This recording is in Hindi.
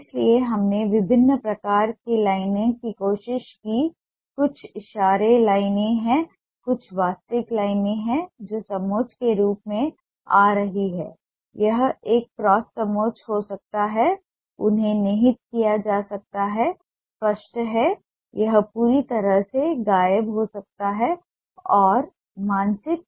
इसलिए हमने विभिन्न प्रकार की लाइन की कोशिश की कुछ इशारा लाइनें हैं कुछ वास्तविक लाइन हैं जो समोच्च के रूप में आ रही है यह एक क्रॉस समोच्च हो सकता है उन्हें निहित किया जा सकता है स्पष्ट है यह पूरी तरह से गायब हो सकता है और मानसिक